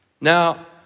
Now